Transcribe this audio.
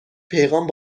پیغام